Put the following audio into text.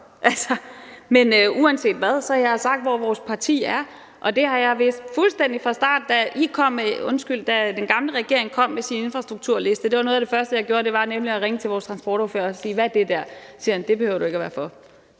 Men uanset hvad har jeg sagt, hvor vores parti står, og det har jeg vidst fuldstændig fra starten. Da den gamle regering kom med sin infrastrukturliste, var noget af det første, jeg gjorde, nemlig at ringe til vores transportordfører og spørge: Hvad er det der? Og han sagde: Det behøver du ikke at være for,